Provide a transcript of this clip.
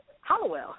Hollowell